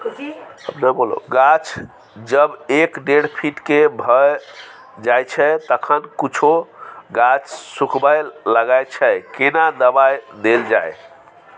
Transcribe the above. गाछ जब एक डेढ फीट के भ जायछै तखन कुछो गाछ सुखबय लागय छै केना दबाय देल जाय?